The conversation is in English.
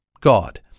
God